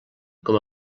com